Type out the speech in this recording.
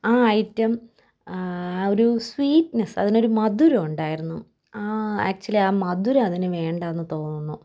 ആ ഐറ്റം ഒരു സ്വീറ്റ്നെസ് അതിനൊരു മധുരമുണ്ടായിരുന്നു ആക്ച്വലി ആ മധുരം അതിനു വേണ്ടയെന്നു തോന്നുന്നു